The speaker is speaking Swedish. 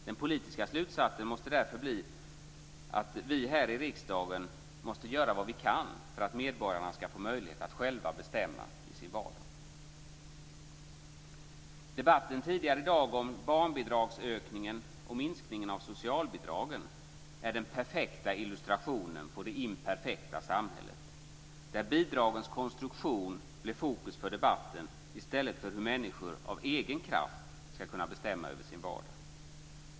Den politiska slutsatsen måste därför bli att vi här i riksdagen måste göra vad vi kan för att medborgarna ska få möjlighet att själva bestämma i sin vardag. Debatten tidigare i dag om barnbidragsökningen och minskningen av socialbidragen är den perfekta illustrationen av det imperfekta samhället, där bidragens konstruktion blir fokus för debatten i stället för hur människor av egen kraft ska kunna bestämma över sin vardag.